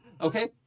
Okay